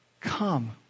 come